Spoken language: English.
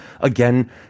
again